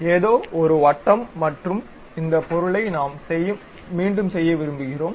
ஏதோ ஒரு வட்டம் மற்றும் இந்த பொருளை நாம் மீண்டும் செய்ய விரும்புகிறோம்